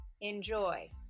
Enjoy